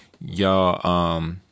Y'all